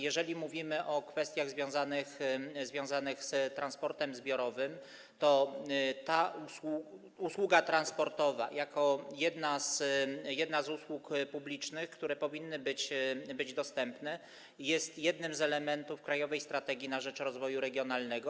Jeżeli mówimy o kwestiach związanych z transportem zbiorowym, to usługa transportowa jako jedna z usług publicznych, które powinny być dostępne, jest jednym z elementów krajowej strategii na rzecz rozwoju regionalnego.